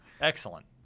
Excellent